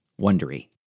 wondery